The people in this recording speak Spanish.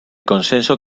consenso